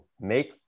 make